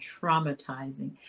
traumatizing